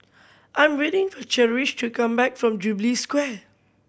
I'm waiting for Cherish to come back from Jubilee Square